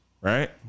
Right